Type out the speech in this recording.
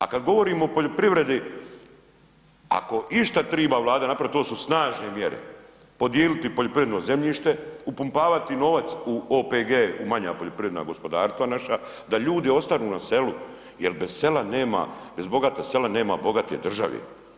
A kada govorimo o poljoprivredi, ako išta triba Vlada napraviti to su snažne mjere, podili poljoprivredno zemljište, upumpavati novac u OPG u manja poljoprivredna gospodarstva naša da ljudi ostanu na selu jel bez bogata sela nema bogate države.